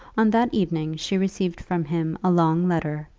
on that evening she received from him a long letter,